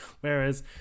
Whereas